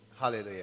Hallelujah